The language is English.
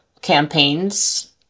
campaigns